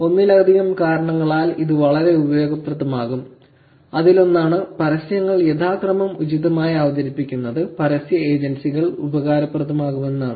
ഒന്നിലധികം കാരണങ്ങളാൽ ഇത് വളരെ ഉപയോഗപ്രദമാകും അതിലൊന്നാണ് പരസ്യങ്ങൾ യഥാക്രമം ഉചിതമായി അവതരിപ്പിക്കുന്നത് പരസ്യ ഏജൻസികൾക്ക് ഉപകാരപ്രദമാകുമെന്നതാണ്